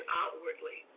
outwardly